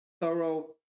thorough